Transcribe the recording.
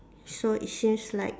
so it says like